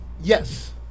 Yes